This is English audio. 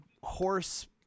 horse